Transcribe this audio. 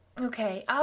Okay